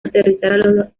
aterrizar